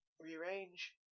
rearrange